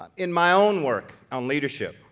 um in my own work on leadership,